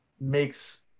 makes